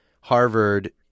Harvard